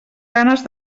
ganes